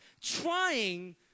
trying